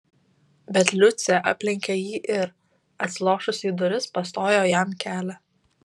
bet liucė aplenkė jį ir atsilošusi į duris pastojo jam kelią